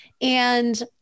and-